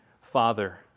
Father